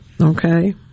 Okay